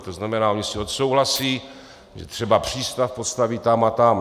To znamená, oni si odsouhlasí, že třeba přístav postaví tam a tam.